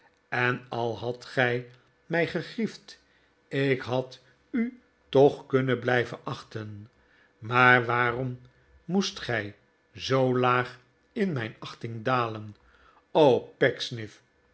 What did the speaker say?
en al hadt gij mij gegriefd ik had u toch kunnen blijven achten maar waarom moest gij zoo laag in mijn achting dalen